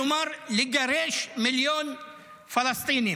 כלומר, לגרש מיליון פלסטינים.